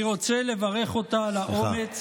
אני רוצה לברך אותה על האומץ